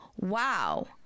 wow